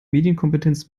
medienkompetenz